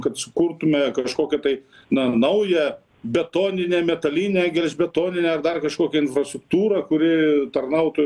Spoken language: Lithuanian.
kad sukurtume kažkokią tai na naują betoninę metalinę gelžbetoninę ar dar kažkokią infrastruktūrą kuri tarnautų